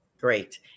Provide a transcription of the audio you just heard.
great